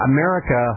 America